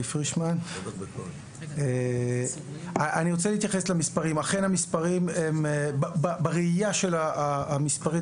אני רוצה להתייחס למספרים בראייה המספרית.